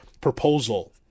proposal